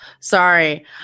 Sorry